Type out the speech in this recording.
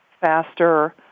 faster